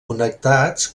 connectats